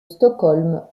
stockholm